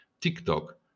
TikTok